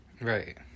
right